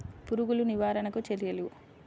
పురుగులు నివారణకు చర్యలు?